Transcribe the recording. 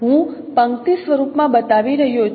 હું પંક્તિ સ્વરૂપ માં બતાવી રહ્યો છું